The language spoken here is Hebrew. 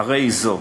הרי היא זו: